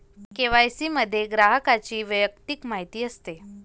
KYC मध्ये ग्राहकाची वैयक्तिक माहिती असते